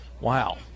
Wow